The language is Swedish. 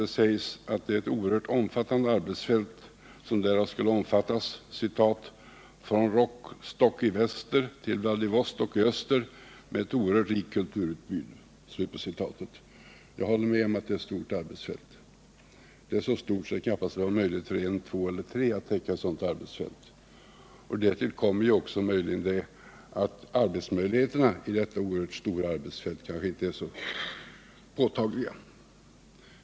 Det sägs att tjänsten skulle gälla ett oerhört stort arbetsfält — ”från Rostock i väster till Vladivostok i öster med ett oerhört rikt kulturutbud”. Jag håller med om att det är ett stort arbetsfält. Det är så stort att det knappast finns möjligheter för en, två eller tre kulturattachéer att täcka det. Därtill kommer att arbetsmöjligheterna på detta oerhört stora arbetsfält kanske inte är så påtagliga.